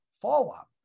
fallout